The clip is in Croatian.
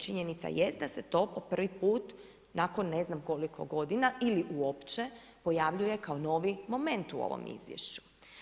Činjenica jest da se to po prvi nakon ne znam koliko godina ili uopće pojavljuje kao novi moment u ovom izvješću.